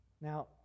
Now